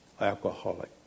alcoholic